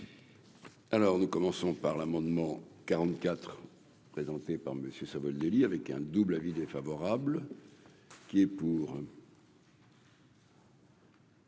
Alors nous commençons par l'amendement quarante-quatre, présenté par Monsieur Savoldelli avec un double avis défavorable qui est pour.